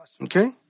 Okay